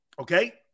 Okay